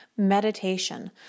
Meditation